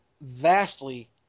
vastly